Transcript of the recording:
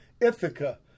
Ithaca